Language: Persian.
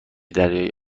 دریایی